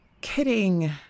Kidding